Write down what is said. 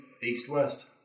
East-west